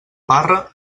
parra